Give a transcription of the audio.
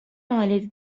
maliyeti